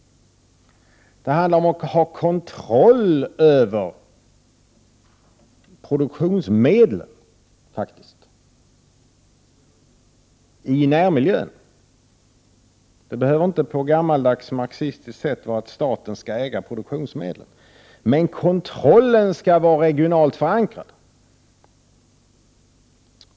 Det handlar faktiskt om att ha kontroll över produktionsmedlen i närmiljön. Det behöver inte på gammaldags marxistiskt sätt innebära att staten skall äga produktionsmedlen. Men kontrollen skall vara regionalt förankrad.